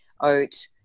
oat